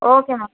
okay ma'am